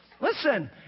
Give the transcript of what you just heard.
Listen